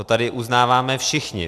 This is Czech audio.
To tady uznáváme všichni.